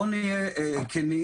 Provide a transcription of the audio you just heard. בואו נהיה כנים,